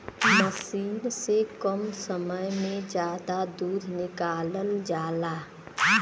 मसीन से कम समय में जादा दूध निकालल जाला